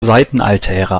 seitenaltäre